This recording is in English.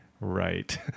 right